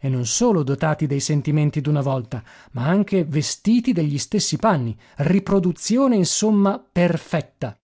e non solo dotati dei sentimenti d'una volta ma anche vestiti degli stessi panni riproduzione insomma perfetta